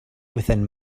within